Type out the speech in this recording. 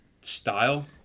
style